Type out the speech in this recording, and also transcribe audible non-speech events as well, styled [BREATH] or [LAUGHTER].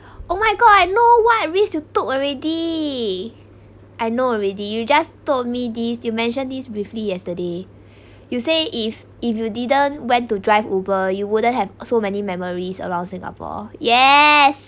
[BREATH] oh my god I know what risk you took already I know already you just told me this you mentioned this briefly yesterday you say if if you didn't went to drive Uber you wouldn't have so many memories around singapore yes